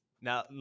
Now